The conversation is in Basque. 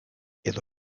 edo